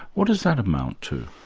what does that amount to?